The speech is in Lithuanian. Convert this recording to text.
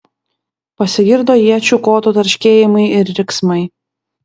pasigirdo iečių kotų tarškėjimai ir riksmai